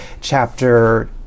chapter